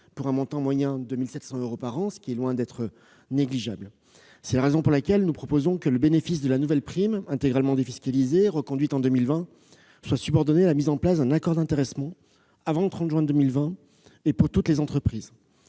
pour un montant moyen de 1 700 euros par an, ce qui est loin d'être négligeable. C'est la raison pour laquelle nous proposons que le bénéfice de la nouvelle prime, intégralement défiscalisée et reconduite en 2020, soit subordonné à la mise en place d'un accord d'intéressement, avant le 30 juin 2020, pour toutes les entreprises.